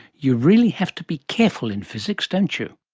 you really have to be careful in physics, don't you.